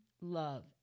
love